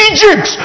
Egypt